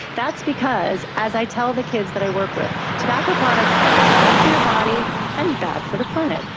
that's because, as i tell the kids that i work with, tobacco products are bad for your body and bad for the planet.